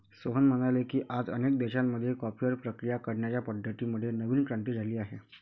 सोहन म्हणाले की, आज अनेक देशांमध्ये कॉफीवर प्रक्रिया करण्याच्या पद्धतीं मध्ये नवीन क्रांती झाली आहे